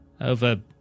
Over